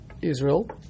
Israel